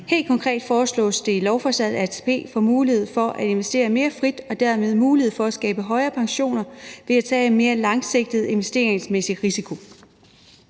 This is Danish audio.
Helt konkret foreslås det i lovforslaget, at ATP får mulighed for at investere mere frit og dermed mulighed for at skabe højere pensioner ved at tage en mere langsigtet investeringsmæssig risiko.